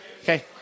okay